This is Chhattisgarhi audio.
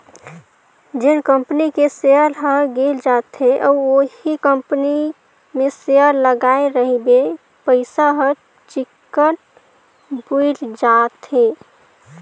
जेन कंपनी के सेयर ह गिर जाथे अउ उहीं कंपनी मे सेयर लगाय रहिबे पइसा हर चिक्कन बुइड़ जाथे